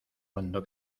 cuando